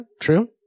true